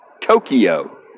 Tokyo